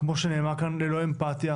כמו שנאמרה כאן ללא אמפתיה.